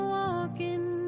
walking